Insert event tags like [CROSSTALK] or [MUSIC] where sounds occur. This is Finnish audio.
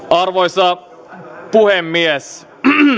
[UNINTELLIGIBLE] arvoisa puhemies